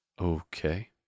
Okay